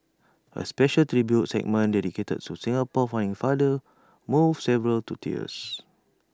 A special tribute segment dedicated to Singapore's founding father moved several to tears